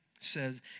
says